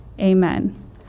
Amen